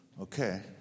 Okay